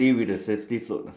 and then uh